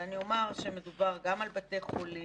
אבל אני אומר שמדובר על בתי חולים,